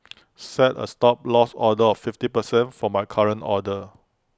set A Stop Loss order of fifty percent for my current order